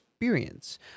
Experience